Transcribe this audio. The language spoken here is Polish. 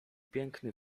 piękny